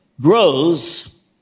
grows